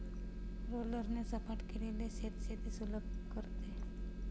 रोलरने सपाट केलेले शेत शेती सुलभ करते